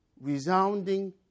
resounding